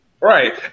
right